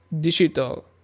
digital